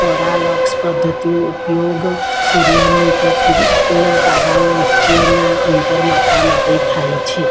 પરાલક્ષ પદ્ધતિઓ ઉપયોગ સૂર્ય નિકટ ના તારાઓ વચ્ચેનાં અંતર માપવા માટે થાય છે